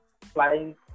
flying